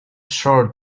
short